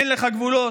אין לך גבולות?